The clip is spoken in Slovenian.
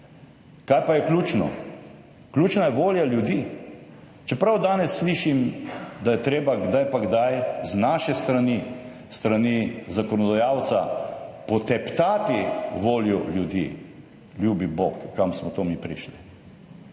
Kaj pa je ključno? Ključna je volja ljudi. Čeprav danes slišim, da je treba kdaj pa kdaj z naše strani, s strani zakonodajalca poteptati voljo ljudi. Ljubi bog, kam smo prišli.